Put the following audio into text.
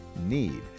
Need